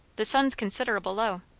the sun's consid'able low.